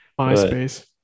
MySpace